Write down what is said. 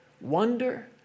Wonder